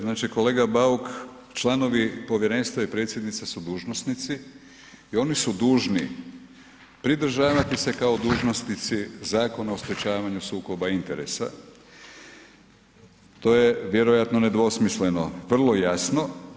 Znači kolega Bauk, članovi povjerenstva i predsjednica su dužnosnici i oni su dužni pridržavati se kao dužnosnici Zakona o sprječavanju sukoba interesa, to je vjerojatno nedvosmisleno, vrlo jasno.